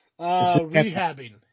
Rehabbing